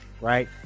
right